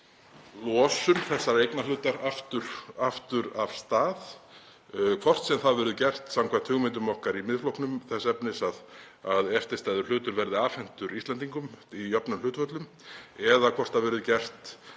losun þessa eignarhlutar aftur af stað, hvort sem það verður gert samkvæmt hugmyndum okkar í Miðflokknum þess efnis að eftirstæður hlutur verði afhentur Íslendingum í jöfnum hlutföllum eða hvort það verður gert